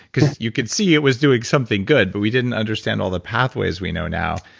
cause you could see it was doing something good, but we didn't understand all the pathways we know now.